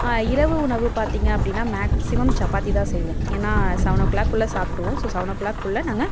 இரவு உணவு பார்த்திங்க அப்படின்னா மேக்ஸிமம் சப்பாத்தி தான் செய்வோம் ஏன்னால் செவன் ஓ க்ளாக்குள்ளே சாப்பிட்ருவோம் ஸோ செவன் ஓ க்ளாக்குள்ளே நாங்கள்